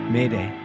Mayday